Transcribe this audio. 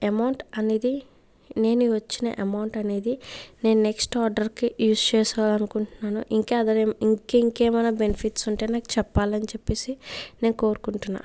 amount అనేది నేను వచ్చిన అమౌంట్ అనేది నేను నెక్స్ట్ ఆర్డర్ కి యూస్ చేసుకోవాలనుకుంటున్నాను ఇంకా ఆధర్ ఇంకే ఇంకేమన్నా బెనిఫిట్స్ ఉంటే నాకు చెప్పాలని చెప్పేసి నేను కోరుకుంటున్నాను